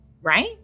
right